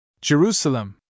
Jerusalem